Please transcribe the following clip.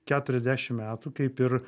keturiasdešim metų kaip ir